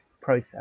process